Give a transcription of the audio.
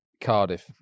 Cardiff